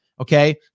okay